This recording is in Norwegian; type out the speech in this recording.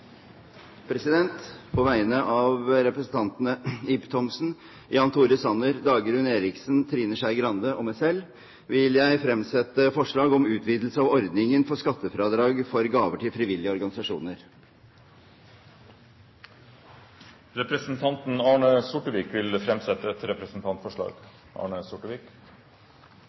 På vegne av representantene Ib Thomsen, Jan Tore Sanner, Dagrun Eriksen, Trine Skei Grande og meg selv vil jeg fremsette forslag om utvidelse av ordningen for skattefradrag for gaver til frivillige organisasjoner. Representanten Arne Sortevik vil framsette et representantforslag.